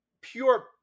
pure